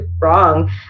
wrong